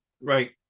right